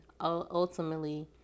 ultimately